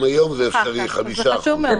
גם היום זה אפשרי, 5%. זה חשוב מאוד.